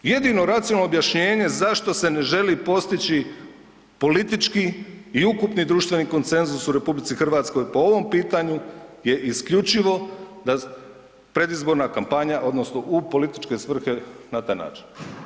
Jedino racionalno objašnjenje zašto se ne želi postići politički i ukupni društveni konsenzus u RH po ovom pitanju je isključivo predizborna kampanja odnosno u političke svrhe na taj način.